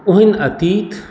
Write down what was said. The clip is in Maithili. ओहन अतीत